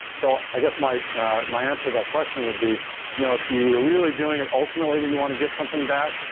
so i guess my my answer to that question would be you know if you were really doing it ultimately that you want to give something back,